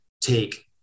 take